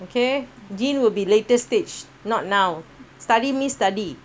okay gene will be later stage not now study means study